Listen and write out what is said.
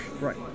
Right